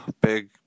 Big